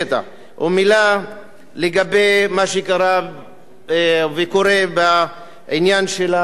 ומלה לגבי מה שקרה וקורה בעניין של האולפנה,